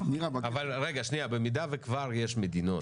במידה שיש מדינות